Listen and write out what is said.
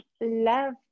love